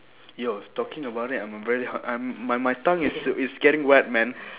yo talking about that I'm very hung~ I'm my my tongue is is getting wet man